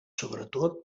sobretot